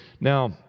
Now